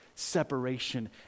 Separation